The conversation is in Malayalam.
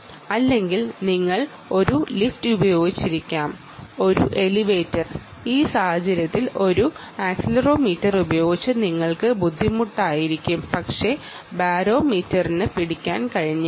അല്ലെങ്കിൽ നിങ്ങൾ ഒരു ലിഫ്റ്റോ എലിവേറ്ററോ ഉപയോഗിച്ചിരിക്കാം ഈ സാഹചര്യത്തിൽ ഒരു ആക്സിലറോമീറ്റർ ഉപയോഗിച്ച് നിങ്ങൾക്ക് ബുദ്ധിമുട്ടായിരിക്കും പക്ഷേ ബാരോമീറ്ററിന് പിടിക്കാൻ കഴിഞ്ഞേക്കാം